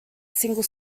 single